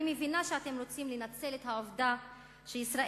אני מבינה שאתם רוצים לנצל את העובדה שישראל,